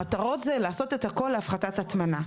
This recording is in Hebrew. המטרה לעשות את הכל להפחתת הטמנה.